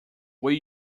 will